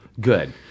Good